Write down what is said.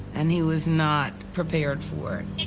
and he was not prepared for it.